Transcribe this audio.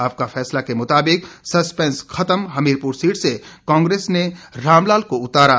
आपका फैसला के मुताबिक सस्पेंस खत्म हमीरपुर सीट से कांग्रेस ने रामलाल को उतारा